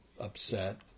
upset